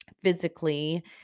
physically